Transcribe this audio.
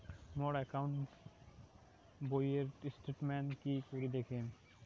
মোর account বইয়ের statement কি করি দেখিম?